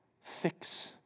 fix